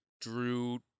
drew